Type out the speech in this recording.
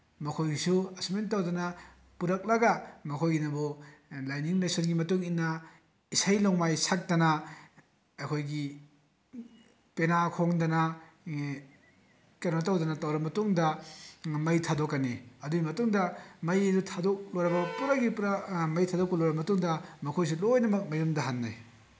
ꯃꯈꯣꯏꯒꯤꯁꯨ ꯑꯗꯨꯃꯥꯏꯅ ꯇꯧꯗꯅ ꯄꯨꯔꯛꯂꯒ ꯃꯈꯣꯏꯒꯤꯅꯕꯨ ꯂꯥꯏꯅꯤꯡ ꯂꯥꯏꯁꯣꯟꯒꯤ ꯃꯇꯨꯡꯏꯟꯅ ꯏꯁꯩ ꯅꯣꯡꯃꯥꯏ ꯁꯛꯇꯅ ꯑꯩꯈꯣꯏꯒꯤ ꯄꯦꯅꯥ ꯈꯣꯡꯗꯅ ꯀꯩꯅꯣ ꯇꯧꯗꯅ ꯇꯧꯔ ꯃꯇꯨꯡꯗ ꯃꯩ ꯊꯥꯗꯣꯛꯀꯅꯤ ꯑꯗꯨꯒꯤ ꯃꯇꯨꯡꯗ ꯃꯩ ꯑꯗꯨ ꯊꯥꯗꯣꯛ ꯂꯣꯏꯔꯕ ꯄꯨꯂꯣꯏꯒꯤ ꯄꯨꯔꯥ ꯃꯩ ꯊꯥꯗꯣꯛꯄ ꯂꯣꯏꯔ ꯃꯇꯨꯡꯗ ꯃꯈꯣꯏꯁꯨ ꯂꯣꯏꯅꯃꯛ ꯃꯌꯨꯝꯗ ꯍꯟꯅꯩ